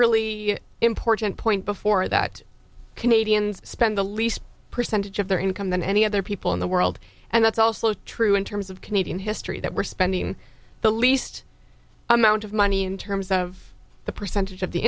ally important point before that canadians spend the least percentage of their income than any other people in the world and that's also true in terms of canadian history that we're spending the least amount of money in terms of the percentage of the